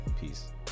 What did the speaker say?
peace